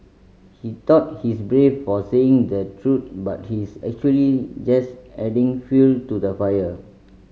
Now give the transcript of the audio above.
he thought he's brave for saying the truth but he's actually just adding fuel to the fire